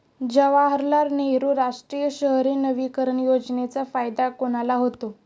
जवाहरलाल नेहरू राष्ट्रीय शहरी नवीकरण योजनेचा फायदा कोणाला होतो?